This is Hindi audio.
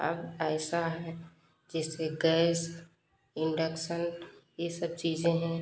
अब ऐसा है जैसे गैस इंडेक्सन ये सब चीज़ें हैं